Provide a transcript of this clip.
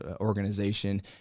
organization